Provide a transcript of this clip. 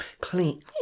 clean